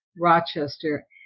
Rochester